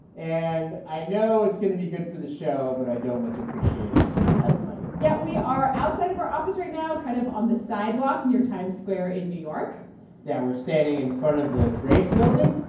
and i know it's going to be good for the show, but i don't much appreciate it at the moment yeah. we are outside of our office right now, kind of on the sidewalk near times square in new york yeah, we're standing in front of the grace building.